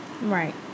Right